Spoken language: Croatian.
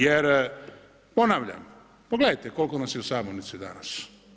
Jer ponavljam, pogledajte koliko nas je u sabornici danas.